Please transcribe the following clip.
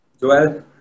Joel